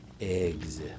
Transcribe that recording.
eggs